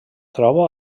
troba